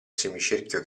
semicerchio